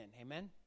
amen